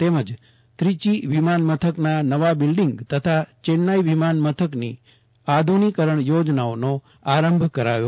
તેઓ ત્રિચી વિમાનમથકના નવા બીલ્ડીંગ તથા ચેન્નાઇ વિમાન મથકના આધ્રનિકરણ યોજનાઓનો આરંભ કરાવશે